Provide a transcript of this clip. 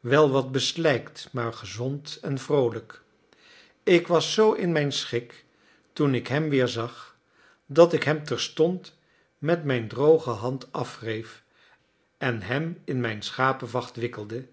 wel wat beslijkt maar gezond en vroolijk ik was zoo in mijn schik toen ik hem weerzag dat ik hem terstond met mijn droge hand afwreef en hem in mijn schapevacht wikkelde